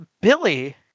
Billy